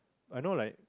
I know like